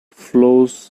flows